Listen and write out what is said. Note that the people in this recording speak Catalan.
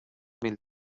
mil